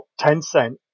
Tencent